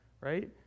Right